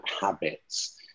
habits